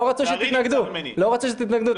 לא רצו שתתנגדו.